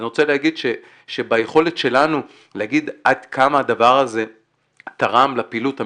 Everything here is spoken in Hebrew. אני רוצה להגיד שביכולת שלנו להגיד עד כמה הדבר הזה תרם לפעילות המשקית,